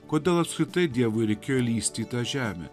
kodėl apskritai dievui reikėjo lįsti į tą žemę